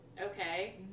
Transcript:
okay